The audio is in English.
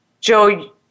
Joe